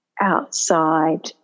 outside